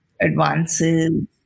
advances